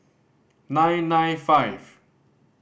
nine nine five